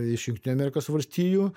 iš jungtinių amerikos valstijų